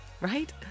right